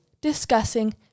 discussing